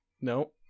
No